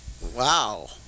Wow